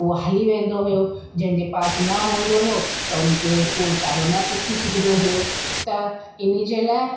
उहो हली वेंदो हुओ जंहिंजे पास न हूंदो हुओ त हुनखे उहा वीचारो न सिखी सघंदो हुओ त हिनजे लाइ